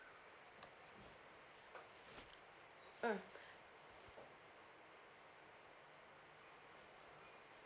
mm